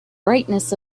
brightness